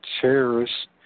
terrorists